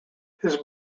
his